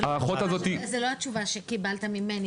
זו לא התשובה שקיבלת ממני.